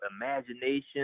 imagination